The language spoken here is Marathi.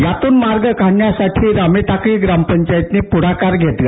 यातून मार्ग काढण्यासाठी रामेटाकळी ग्रामपंचायतीनं पुढकार घेतला